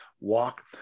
walk